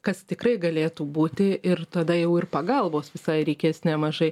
kas tikrai galėtų būti ir tada jau ir pagalbos visai reikės nemažai